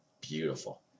beautiful